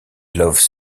love